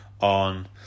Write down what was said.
on